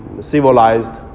civilized